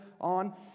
on